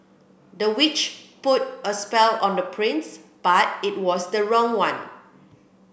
the witch put a spell on the prince but it was the wrong one